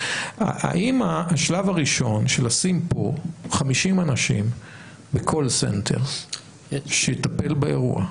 האם השלב הראשון של לשים פה 50 אנשים בקול סנטר שיטפל באירוע.